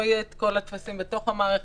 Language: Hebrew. כל הטפסים לא יהיו בתוך המערכת,